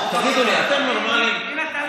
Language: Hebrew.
תגידו לי, אתם נורמליים?